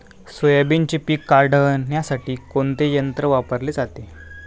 सोयाबीनचे पीक काढण्यासाठी कोणते यंत्र वापरले जाते?